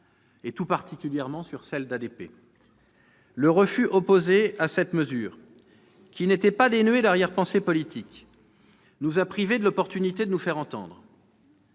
tout particulièrement sur celle d'ADP. Le refus opposé à cette mesure, qui n'était pas dénué d'arrière-pensées politiques, nous a privés de l'occasion de nous faire entendre.